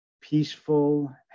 peaceful